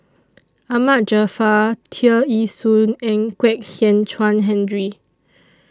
Ahmad Jaafar Tear Ee Soon and Kwek Hian Chuan Henry